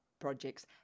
projects